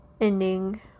ending